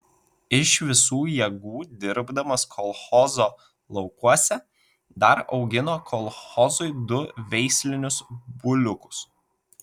iš visų jėgų dirbdamas kolchozo laukuose dar augino kolchozui du veislinius buliukus